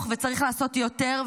וצריך לעשות יותר,